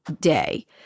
day